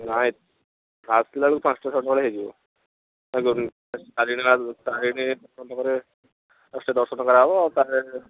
ନାହିଁ ଆସିଲାବେଳକୁ ପାଞ୍ଚଟା ଛଅଟା ଭଳିଆ ହେଇଯିବ ଫାଷ୍ଟ ଦର୍ଶନ କରାହେବ ତା'ପରେ